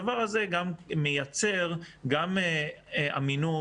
הדבר הזה מייצר גם אמינות,